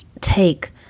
take